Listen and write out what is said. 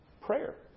prayer